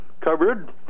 covered